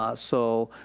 ah so,